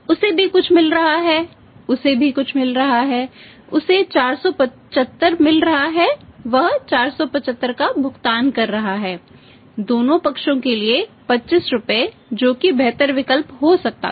उसे भी कुछ मिल रहा है उसे भी कुछ मिल रहा है उसे 475 मिल रहा है वह 475 का भुगतान कर रहा है दोनों पक्षों के लिए 25 रुपये जो कि बेहतर विकल्प हो सकता था